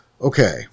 Okay